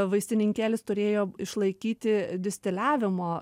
vaistininkėlis turėjo išlaikyti distiliavimo